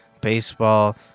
baseball